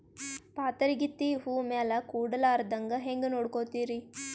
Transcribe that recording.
ಪಾತರಗಿತ್ತಿ ಹೂ ಮ್ಯಾಲ ಕೂಡಲಾರ್ದಂಗ ಹೇಂಗ ನೋಡಕೋತಿರಿ?